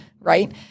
right